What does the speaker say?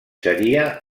seria